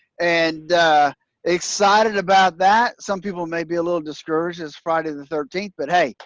and excited about that some people may be a little discouraged it's friday the thirteenth. but hey,